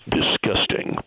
disgusting